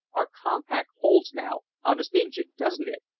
our compact holds now, honest injin doesn't it?